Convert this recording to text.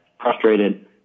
frustrated